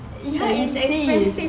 expensive